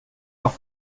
noch